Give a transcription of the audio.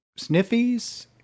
sniffies